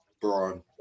Braun